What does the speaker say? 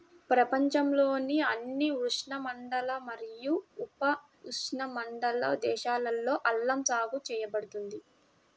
ప్రపంచంలోని అన్ని ఉష్ణమండల మరియు ఉపఉష్ణమండల దేశాలలో అల్లం సాగు చేయబడుతుంది